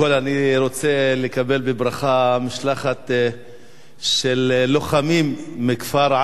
אני רוצה לקבל בברכה משלחת של לוחמים מכפר עארה,